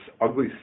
ugly